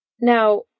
Now